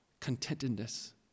contentedness